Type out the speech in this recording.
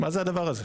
מה זה הדבר הזה?